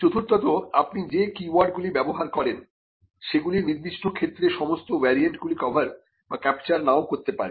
চতুর্থত আপনি যে কীওয়ার্ডগুলি ব্যবহার করেন সেগুলি নির্দিষ্ট ক্ষেত্রের সমস্ত ভ্যারিয়েন্টগুলি কভার বা ক্যাপচার নাও করতে পারে